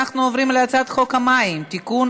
אנחנו עוברים להצעת חוק המים (תיקון,